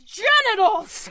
genitals